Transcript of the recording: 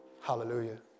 Hallelujah